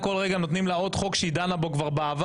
כל רגע נותנים לה עוד חוק שהיא דנה בו כבר בעבר,